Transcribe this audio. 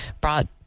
brought